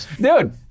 Dude